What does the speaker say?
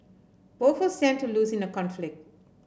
both'll stand to lose in a conflict